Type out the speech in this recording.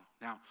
Now